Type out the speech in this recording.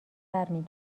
برمی